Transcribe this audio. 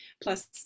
plus